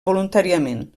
voluntàriament